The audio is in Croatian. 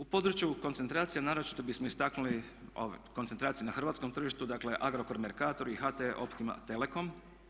U području koncentracija naročito bismo istaknuli koncentracije na hrvatskom tržištu, dakle Agrokor, Mercator i HT optima telekom.